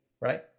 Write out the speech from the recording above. right